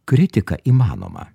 kritika įmanoma